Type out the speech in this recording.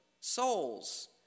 souls